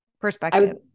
perspective